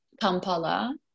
Kampala